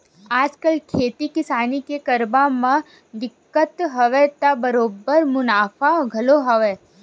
आजकल खेती किसानी के करब म दिक्कत हवय त बरोबर मुनाफा घलो हवय